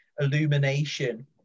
Illumination